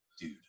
Dude